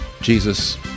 Jesus